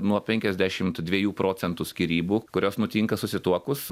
nuo penkiasdešimt dviejų procentų skyrybų kurios nutinka susituokus